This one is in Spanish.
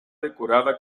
decorada